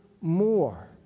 more